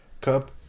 Cup